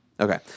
Okay